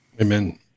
Amen